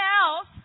else